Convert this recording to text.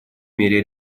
мере